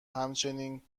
همچنین